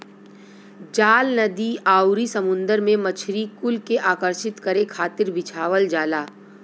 जाल नदी आउरी समुंदर में मछरी कुल के आकर्षित करे खातिर बिछावल जाला